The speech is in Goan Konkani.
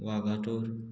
वागातूर